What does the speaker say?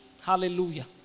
Hallelujah